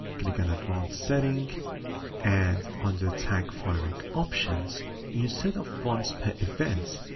click on advanced setting and on the tag firing options instead of once per events.